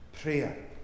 prayer